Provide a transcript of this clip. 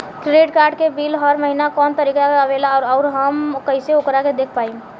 Credit card के bill हर महीना कौना तारीक के आवेला और आउर हम कइसे ओकरा के देख पाएम?